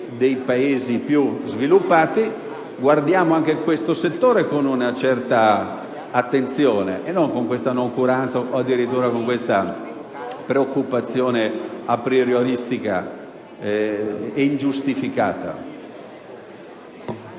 dei Paesi più sviluppati. Ebbene, guardiamo anche a questo settore con una certa attenzione e non con noncuranza o addirittura con una preoccupazione aprioristica e ingiustificata.